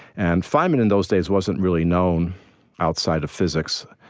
and feynman, in those days, wasn't really known outside of physics.